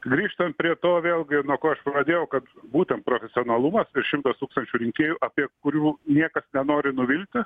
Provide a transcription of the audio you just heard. grįžtant prie to vėlgi ir nuo ko aš pradėjau kad būtent profesionalumas ir šimtas tūkstančių rinkėjų apie kurių niekas nenori nuvilti